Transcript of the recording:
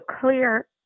clear